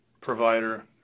provider